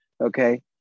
Okay